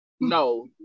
No